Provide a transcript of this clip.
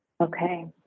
Okay